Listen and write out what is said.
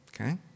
Okay